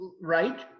right